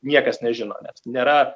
niekas nežino nes nėra